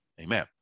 Amen